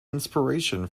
inspiration